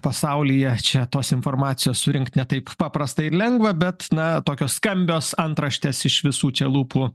pasaulyje čia tos informacijos surinkt ne taip paprastai lengva bet na tokios skambios antraštės iš visų čia lūpų